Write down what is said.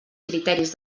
criteris